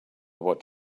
what